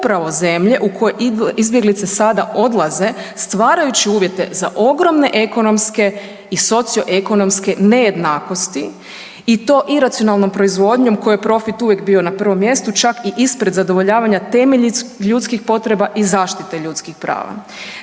upravo zemlje u koje izbjeglice sada odlaze stvarajući uvjete za ogromne ekonomske i socioekonomske nejednakosti i to iracionalnom proizvodnjom kojoj je profit uvijek bio na prvom mjestu čak i ispred zadovoljavanja temeljnih ljudskih potreba i zaštite ljudskih prava.